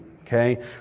okay